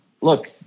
look –